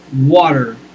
water